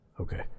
Okay